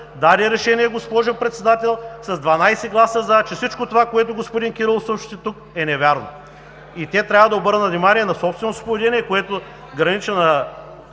даде Решение, госпожо Председател, с 12 гласа „за“, че всичко това, което господин Кирилов съобщи тук, е невярно. И те трябва да обърнат внимание на собственото си положение, което граничи